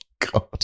god